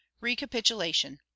recapitulation